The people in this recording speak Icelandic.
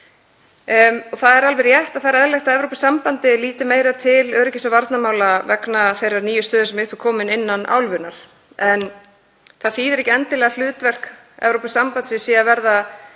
Það er alveg rétt að það er eðlilegt að Evrópusambandið líti meira til öryggis- og varnarmála vegna þeirrar nýju stöðu sem upp er komin innan álfunnar, en það þýðir ekki endilega að hlutverk Evrópusambandsins sé að verða